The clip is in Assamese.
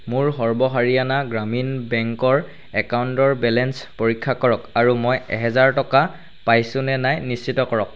মোৰ সৰ্ব হাৰিয়ানা গ্ৰামীণ বেংকৰ একাউণ্টৰ বেলেঞ্চ পৰীক্ষা কৰক আৰু মই এহেজাৰ টকা পাইছোঁ নে নাই নিশ্চিত কৰক